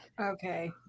Okay